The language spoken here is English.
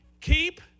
keep